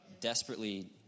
desperately